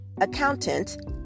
Accountant